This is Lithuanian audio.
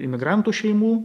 imigrantų šeimų